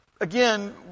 again